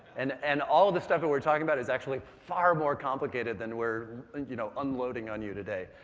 and and all the stuff we're talking about is actually far more complicated than we're and you know unloading on you today.